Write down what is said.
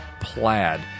Plaid